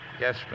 Yes